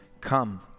Come